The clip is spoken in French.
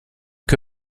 que